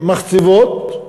למחצבות,